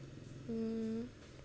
mm